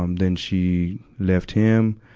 um then she left him,